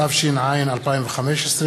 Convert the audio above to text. התשע"ו 2015,